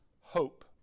hope